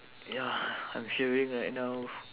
ya I'm shivering right now